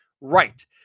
right